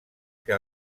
que